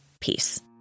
Peace